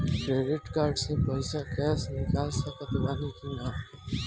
Credit card से पईसा cash निकाल सकत बानी की ना?